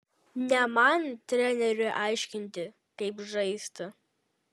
ne man treneriui aiškinti kaip žaisti